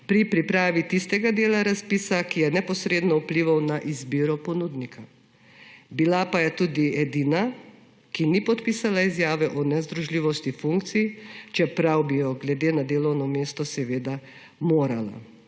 pri pripravi tistega dela razpisa, ki je neposredno vplival na izbiro ponudnika. Bila pa je tudi edina, ki ni podpisala izjave o nezdružljivosti funkcij, čeprav bi jo glede na delovno mesto morala.